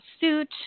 suit